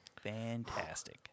fantastic